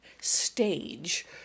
stage